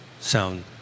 sound